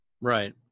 Right